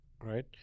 right